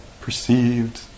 perceived